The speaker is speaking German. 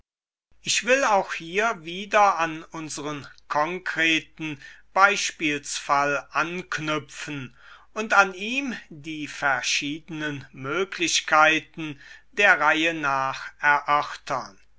ich will auch hier wieder an unseren konkreten beispielsfall anknüpfen und an ihm die verschiedenen möglichkeiten der reihe nach